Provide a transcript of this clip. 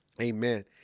Amen